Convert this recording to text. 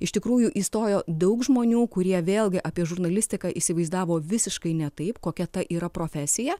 iš tikrųjų įstojo daug žmonių kurie vėlgi apie žurnalistiką įsivaizdavo visiškai ne taip kokia ta yra profesija